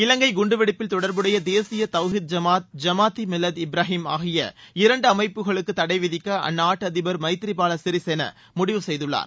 இலங்கை குண்டுவெடிப்பில் தொடர்புடைய தேசிய தவ்ஹீத் ஜமாத் ஜமாத்தி மில்லத் இப்ராஹிம் ஆகிய இரண்டு அமைப்புகளுக்கு தடை விதிக்க அந்நாட்டு அதிபர் மைத்ரி பால சிறிகேனா முடிவு செய்துள்ளார்